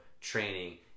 Training